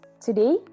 Today